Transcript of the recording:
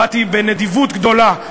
באתי בנדיבות גדולה,